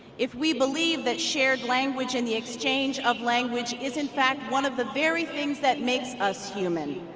if we believe that shared language in the exchange of language is in fact one of the very things that makes us human